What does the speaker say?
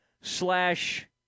slash